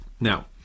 Now